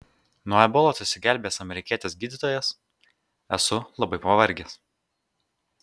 nuo ebolos išsigelbėjęs amerikietis gydytojas esu labai pavargęs